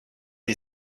ihr